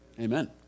Amen